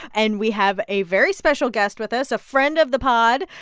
and we have a very special guest with us, a friend of the pod,